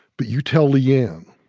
but you tell le-ann